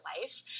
life